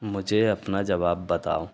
मुझे अपना जवाब बताओ